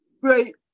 great